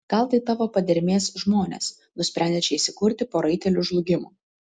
gal tai tavo padermės žmonės nusprendę čia įsikurti po raitelių žlugimo